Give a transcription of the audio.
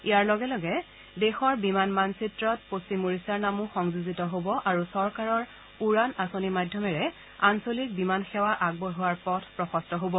ইয়াৰ লগে লগে দেশৰ বিমান মানচিত্ৰত পশ্চিম ওড়িশাৰ নামো সংযোজিত হ'ব আৰু চৰকাৰৰ উড়ান আঁচনি মাধ্যমেৰে আঞ্চলিক বিমান সেৱা আগবঢ়োৱাৰ পথ প্ৰশস্ত হব